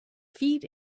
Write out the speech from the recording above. feet